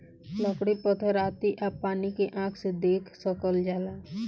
लकड़ी पत्थर आती आ पानी के आँख से देख सकल जाला